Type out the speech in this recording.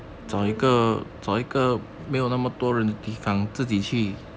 我我也想